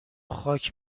خاک